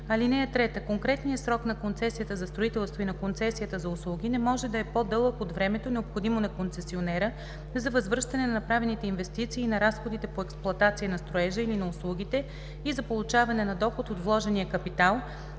(3) Конкретният срок на концесия за строителство и на концесия за услуги не може да е по-дълъг от времето, необходимо на концесионера за възвръщане на направените инвестиции и на разходите по експлоатация на строежа или на услугите и за получаване на доход от вложения капитал,